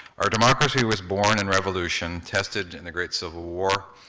our democracy was born in revolution, tested in the great civil war,